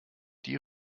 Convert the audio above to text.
die